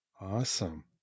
Awesome